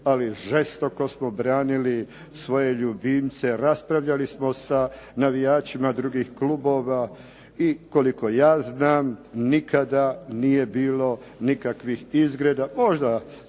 ali žestoko smo branili svoje ljubimce, raspravljali smo sa navijačima drugih klubova i koliko ja znam, nikada nije bilo nikakvih izgreda. Možda su